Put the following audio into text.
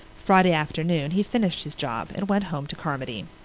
friday afternoon he finished his job and went home to carmody.